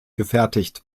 gefertigt